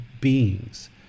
beings